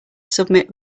submit